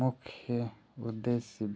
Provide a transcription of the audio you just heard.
मुख्य उद्देश्य